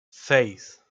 seis